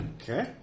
Okay